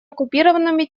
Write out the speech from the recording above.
оккупированными